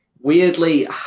weirdly